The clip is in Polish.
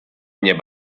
mnie